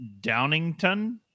Downington